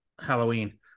Halloween